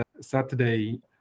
Saturday